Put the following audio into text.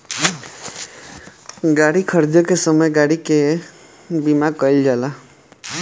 गाड़ी खरीदे के समय गाड़ी के बीमा कईल जाला